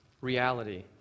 reality